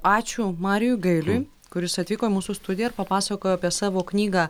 ačiū marijui gailiui kuris atvyko į mūsų studiją ir papasakojo apie savo knygą